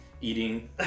eating